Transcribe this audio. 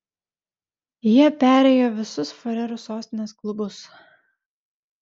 jie perėjo visus farerų sostinės klubus